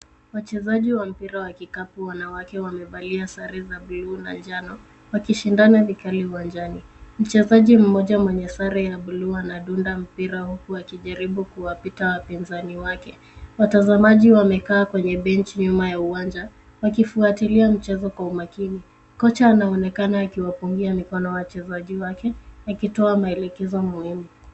Wachezaji wa mpira wa kikapu wanawake wamevalia sare za bluu na njano wakishindana vikali uwanjani. Mchezaji mmoja mwenye sare ya bluu anadunda mpira huku wakijaribu kuwapita wapinzani wake. Watazamaji wamekaa kwenye benchi nyuma ya uwanja wakifuatilia mchezo kwa umakini. Kocha anaonekana akiwapungia mikono wachezaji wake akitoa maelekezo muhimu.